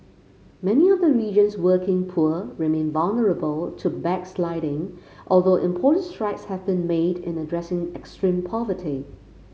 many of the region's working poor remain vulnerable to backsliding although important strides have been made in addressing extreme poverty